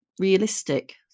realistic